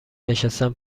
نشستن